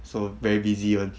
so very busy [one]